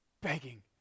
begging